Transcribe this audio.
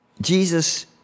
Jesus